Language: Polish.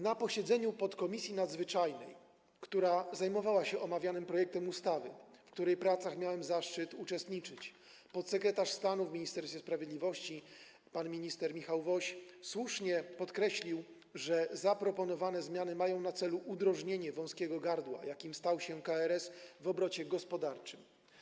Na posiedzeniu podkomisji nadzwyczajnej, która zajmowała się omawianym projektem ustawy, w której pracach miałem zaszczyt uczestniczyć, podsekretarz stanu w Ministerstwie Sprawiedliwości pan minister Michał Woś słusznie podkreślił, że zaproponowane zmiany mają na celu udrożnienie wąskiego gardła, jakim stał się KRS w obrocie gospodarczym.